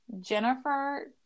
Jennifer